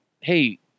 hey